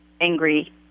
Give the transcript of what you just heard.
angry